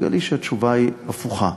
תגלי שהתשובה הפוכה.